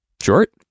short